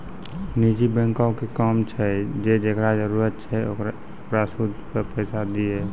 निजी बैंको के काम छै जे जेकरा जरुरत छै ओकरा सूदो पे पैसा दिये